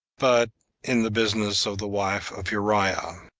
but in the business of the wife of uriah.